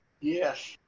yes